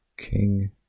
King